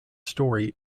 story